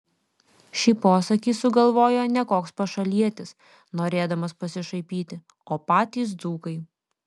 šį posakį sugalvojo ne koks pašalietis norėdamas pasišaipyti o patys dzūkai